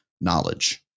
knowledge